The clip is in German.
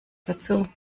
dazu